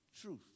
truth